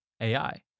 AI